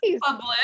public